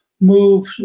move